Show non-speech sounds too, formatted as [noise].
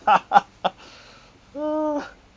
[laughs] ah